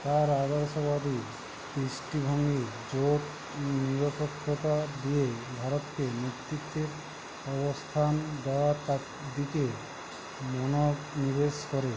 তার আদর্শবাদী দৃষ্টিভঙ্গি জোট নিরপেক্ষতা দিয়ে ভারতকে নেতৃত্বের অবস্থান দেওয়ার কাছ দিকে মনোনিবেশ করে